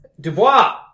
Dubois